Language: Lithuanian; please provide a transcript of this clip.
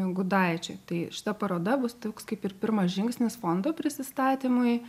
gudaičiui tai šita paroda bus toks kaip ir pirmas žingsnis fondo prisistatymui